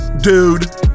dude